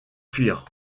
fuir